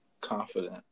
confident